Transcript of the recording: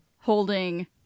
holding